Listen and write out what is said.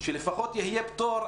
שלפחות יהיה פטור,